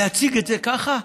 להציג את זה ככה?